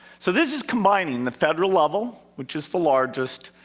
so this is combining the federal level, which is the largest,